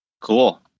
Cool